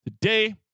today